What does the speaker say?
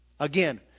Again